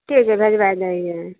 ठीक छै भेजबाइ दै हिए